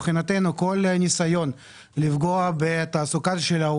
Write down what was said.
כדי להמשיך את החיזוק של תושבי